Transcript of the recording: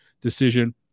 decision